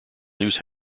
news